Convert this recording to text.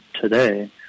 today